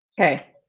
Okay